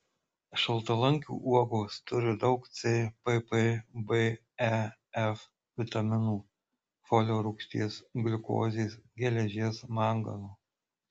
šaltalankių uogos turi daug c pp b e f vitaminų folio rūgšties gliukozės geležies mangano